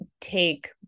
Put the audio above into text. take